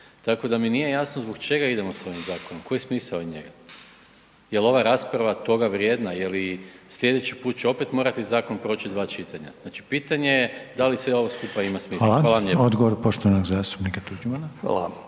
tako da mi nije jasno zbog čega idemo s ovim zakonom, koji je smisao njega? Jel ova rasprava toga vrijedna, jel i slijedeći put će opet morati zakon proći dva čitanja? Znači, pitanje je da li sve ovo skupa ima smisla? Hvala vam lijepo. **Reiner, Željko (HDZ)** Hvala.